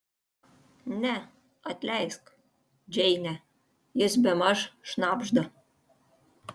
ne atleisk džeine jis bemaž šnabžda